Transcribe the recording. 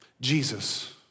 Jesus